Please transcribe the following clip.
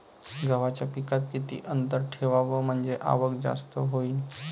गव्हाच्या पिकात किती अंतर ठेवाव म्हनजे आवक जास्त होईन?